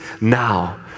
now